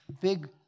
big